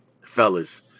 fellas